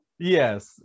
yes